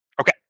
Okay